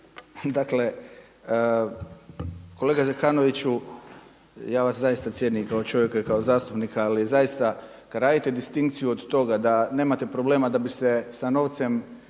Dakle, kolega Zekanoviću, ja vas zaista cijenim i kao čovjeka i kao zastupnika ali zaista kada radite distinkciju od toga da nemate problema da bi se sa novcem